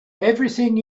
everything